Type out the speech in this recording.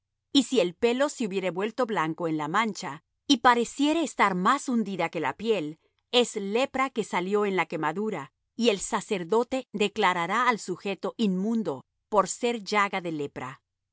y si el pelo se hubiere vuelto blanco en la mancha y pareciere estar más hundida que la piel es lepra que salió en la quemadura y el sacerdote declarará al sujeto inmundo por ser llaga de lepra